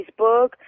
Facebook